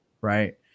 Right